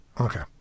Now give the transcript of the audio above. Okay